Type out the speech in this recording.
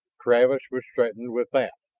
travis was threatened with that.